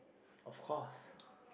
of course